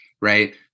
right